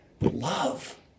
love